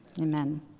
Amen